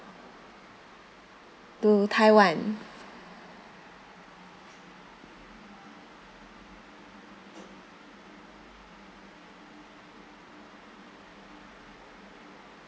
to taiwan